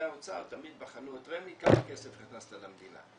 האוצר תמיד בחנו את רמ"י כמה כסף הכנסת למדינה.